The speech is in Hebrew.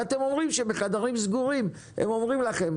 ואתם אומרים שבחדרים סגורים הם אומרים לכם,